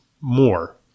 more